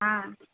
ஆ